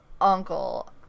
uncle